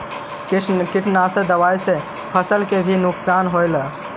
कीटनाशक दबाइ से फसल के भी नुकसान होब हई का?